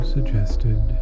Suggested